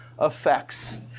effects